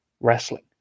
wrestling